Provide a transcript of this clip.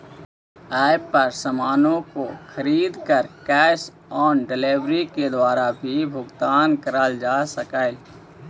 app पर सामानों को खरीद कर कैश ऑन डिलीवरी के द्वारा भी भुगतान करल जा सकलई